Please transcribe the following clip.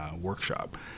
workshop